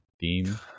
theme